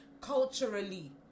Culturally